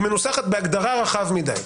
היא מנוסחת בהגדרה רחב מדי.